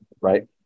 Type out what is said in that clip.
Right